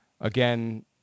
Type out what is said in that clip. again